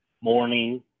morning